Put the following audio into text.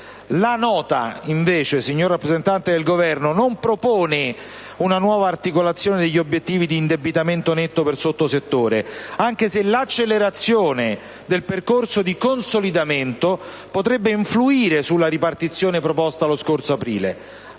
La Nota in esame, invece, non propone una nuova articolazione degli obiettivi di indebitamento netto per sottosettore, anche se l'accelerazione del percorso di consolidamento potrebbe influire sulla ripartizione proposta lo scorso aprile.